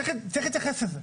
צריך להתייחס לזה.